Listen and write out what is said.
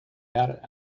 out